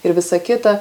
ir visa kita